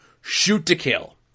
Shoot-to-kill